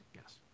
Yes